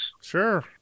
sure